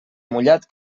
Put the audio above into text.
mullat